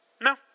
No